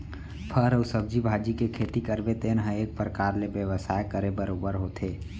फर अउ सब्जी भाजी के खेती करबे तेन ह एक परकार ले बेवसाय करे बरोबर होथे